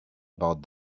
about